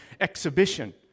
exhibition